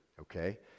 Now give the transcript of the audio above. okay